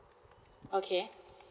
okay